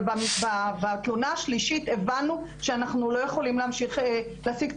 אבל בתלונה השלישית הבנו שאנחנו לא יכולים להמשיך להעסיק את